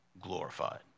glorified